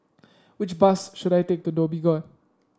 which bus should I take to Dhoby Ghaut